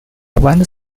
went